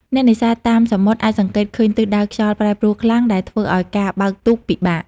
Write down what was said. អ្នកនេសាទតាមសមុទ្រអាចសង្កេតឃើញទិសដៅខ្យល់ប្រែប្រួលខ្លាំង ដែលធ្វើឱ្យការបើកទូកពិបាក។